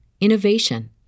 innovation